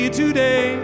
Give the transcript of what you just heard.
today